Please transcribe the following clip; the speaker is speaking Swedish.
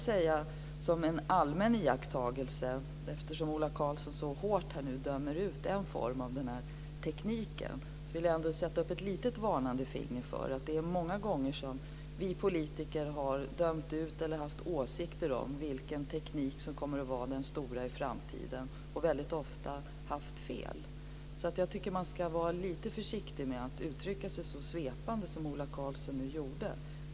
Som en allmän iakttagelse, eftersom Ola Karlsson så hårt dömer ut en form av tekniken, vill jag sätta upp ett litet varnande finger för att det är många gånger som vi politiker har dömt ut eller haft åsikter om vilken teknik som kommer att vara den stora i framtiden. Väldigt ofta har vi haft fel. Man kan vara lite försiktig med att uttrycka sig så svepande som Ola Karlsson har gjort.